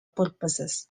purposes